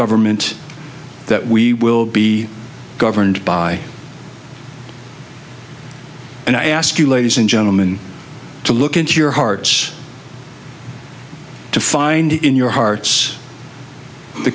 government that we will be governed by and i ask you ladies and gentlemen to look into your hearts to find in your hearts the